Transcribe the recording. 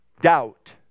doubt